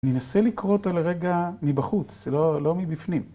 ‫ננסה לקרוא אותה לרגע מבחוץ, ‫לא מבפנים.